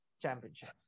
championship